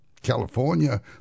California